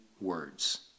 words